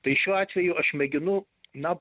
tai šiuo atveju aš mėginu na